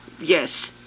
Yes